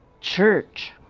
church